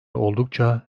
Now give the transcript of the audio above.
oldukça